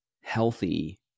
healthy